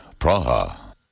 Praha